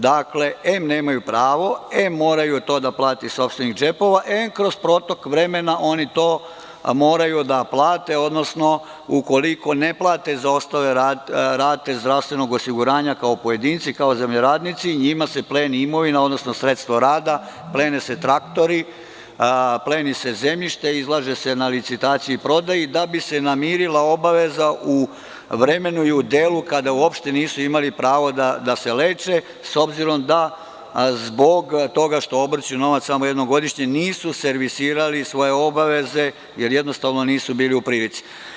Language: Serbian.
Dakle, em nemaju pravo, em moraju to da plate iz sopstvenih džepova, em kroz protok vremena oni to moraju da plate, odnosno ukoliko ne plate zaostale rate zdravstvenog osiguranja kao pojedinci, kao zemljoradnici, njima se pleni imovina odnosno sredstvo rada, plene se traktori, pleni se zemljište, izlaže se na licitaciji i prodaji da bi se namirila obaveza u vremenu i u delu kada uopšte nisu imali pravo da se leče, s obzirom da zbog toga što obrću novac samo jednom godišnje nisu servisirali svoje obaveze jer jednostavno nisu bili u prilici.